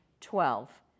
Twelve